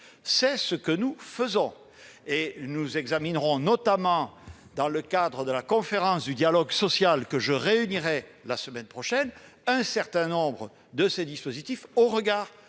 tant que la crise dure. Nous examinerons, notamment dans le cadre de la conférence du dialogue social que je réunirai la semaine prochaine, un certain nombre de ces dispositifs au regard